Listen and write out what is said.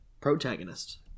protagonist